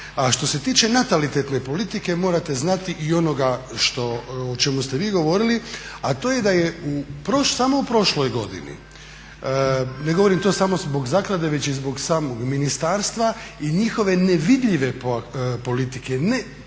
A što se tiče natalitetne politike morate znati i onoga što, o čemu ste vi govorili, a to je da je samo u prošloj godini, ne govorim to samo zbog zaklade već i zbog samog ministarstva i njihove nevidljive politike, ne proaktivne